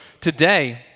today